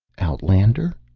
outlander?